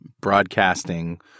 broadcasting